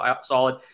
solid